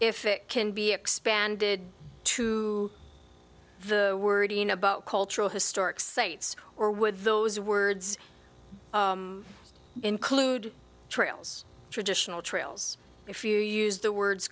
if it can be expanded to the wording about cultural historic sites or would those words include trails traditional trails if you use the words